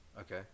Okay